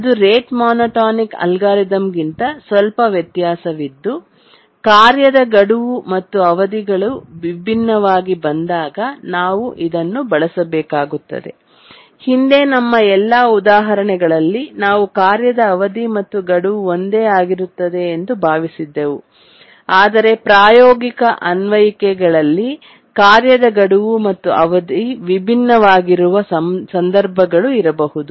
ಅದು rate monotonic ಅಲ್ಗಾರಿದಮ್ಗಿಂತ ಸ್ವಲ್ಪ ವ್ಯತ್ಯಾಸವಿದ್ದು ಕಾರ್ಯದ ಗಡುವು ಮತ್ತು ಅವಧಿಗಳು ವಿಭಿನ್ನವಾಗಿ ಬಂದಾಗ ನಾವು ಇದನ್ನು ಬಳಸಬೇಕಾಗುತ್ತದೆ ಹಿಂದೆ ನಮ್ಮ ಎಲ್ಲಾ ಉದಾಹರಣೆಗಳಲ್ಲಿ ನಾವು ಕಾರ್ಯದ ಅವಧಿ ಮತ್ತು ಗಡುವು ಒಂದೇ ಆಗಿರುತ್ತದೆ ಎಂದು ಭಾವಿಸಿದ್ದೆವು ಆದರೆ ಪ್ರಾಯೋಗಿಕ ಅನ್ವಯಿಕೆಗಳಲ್ಲಿ ಕಾರ್ಯದ ಗಡುವು ಮತ್ತು ಅವಧಿ ವಿಭಿನ್ನವಾಗಿರುವ ಸಂದರ್ಭಗಳು ಇರಬಹುದು